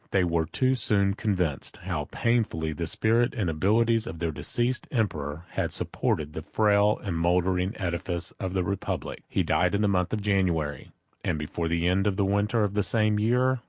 they were too soon convinced, how painfully the spirit and abilities of their deceased emperor had supported the frail and mouldering edifice of the republic. he died in the month of january and before the end of the winter of the same year,